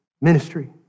ministry